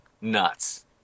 nuts